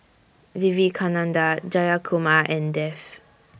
Vivekananda Jayakumar and Dev